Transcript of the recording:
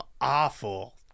awful